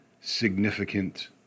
significant